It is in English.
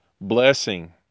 blessing